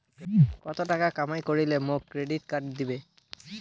কত টাকা কামাই করিলে মোক ক্রেডিট কার্ড দিবে?